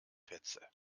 petze